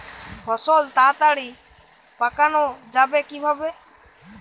ফসল তাড়াতাড়ি পাকানো যাবে কিভাবে?